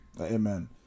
amen